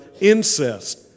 incest